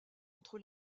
entre